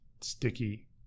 sticky